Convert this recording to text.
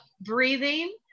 breathing